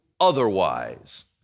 otherwise